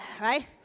Right